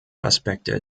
aspekte